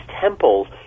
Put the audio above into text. temples